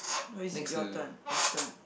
no it's your turn your turn